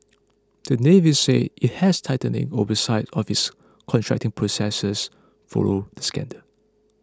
the Navy said it has tightened in oversight of its contracting processes following the scandal